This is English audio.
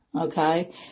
Okay